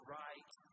right